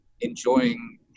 enjoying